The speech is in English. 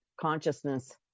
Consciousness